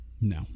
No